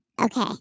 Okay